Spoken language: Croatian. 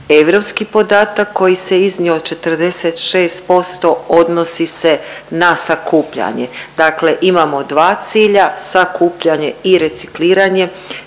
Europski podatak koji se iznio od 46% odnosi se na sakupljanje. Dakle, imamo dva cilja sakupljanje i recikliranje.